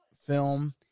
film